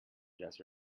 just